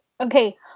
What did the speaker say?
okay